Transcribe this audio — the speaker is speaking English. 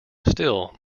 still